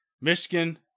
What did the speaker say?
Michigan